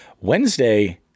Wednesday